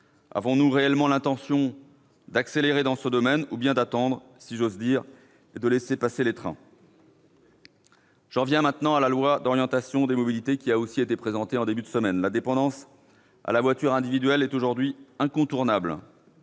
avons-nous réellement l'intention d'accélérer, ou nous contenterons-nous d'attendre et, si j'ose dire, de laisser passer les trains ? J'en viens maintenant à la loi d'orientation des mobilités, qui a aussi été présentée en début de semaine. La dépendance à la voiture individuelle est aujourd'hui incontournable.